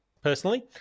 personally